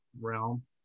realm